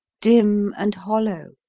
dim and hollow,